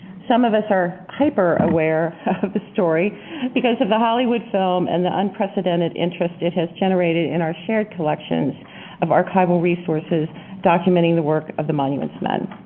some of us are hyper-aware of the story because of the hollywood film and the unprecedented interest it has generated in our shared collections of archival resources documenting the work of the monuments men.